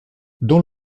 dans